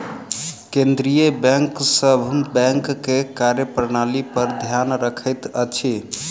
केंद्रीय बैंक सभ बैंक के कार्य प्रणाली पर ध्यान रखैत अछि